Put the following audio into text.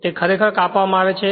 તે ખરેખર કાપવામાં આવે છે